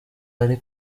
ari